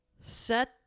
Set